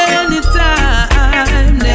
anytime